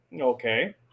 Okay